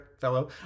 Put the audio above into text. fellow